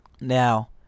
Now